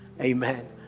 Amen